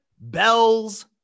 bells